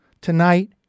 Tonight